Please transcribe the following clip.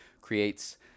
creates